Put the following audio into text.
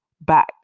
Back